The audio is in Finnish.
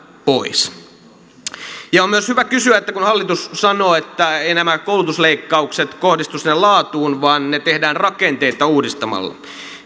pois on myös hyvä kysyä siitä kun hallitus sanoo että eivät nämä koulutusleikkaukset kohdistu sinne laatuun vaan ne tehdään rakenteita uudistamalla